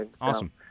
awesome